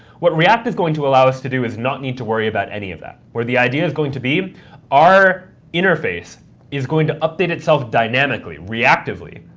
what react is going to allow us to do is not need to worry about any of that, where the idea is going to be our interface is going to update itself dynamically, reactively,